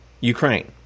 Ukraine